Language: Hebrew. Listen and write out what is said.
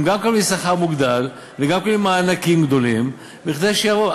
הם גם מקבלים שכר מוגדל וגם מקבלים מענקים גדולים כדי שיבואו.